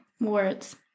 words